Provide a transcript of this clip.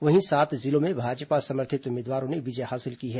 वहीं सात जिलों में भाजपा समर्थित उम्मीदवारों ने विजय हासिल की है